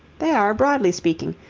there are, broadly speaking,